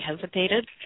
hesitated